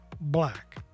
black